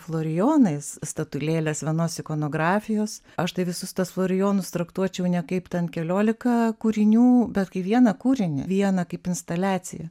florijonais statulėlės vienos ikonografijos aš tai visus tuos florijonus traktuočiau ne kaip ten keliolika kūrinių bet kaip vieną kūrinį vieną kaip instaliaciją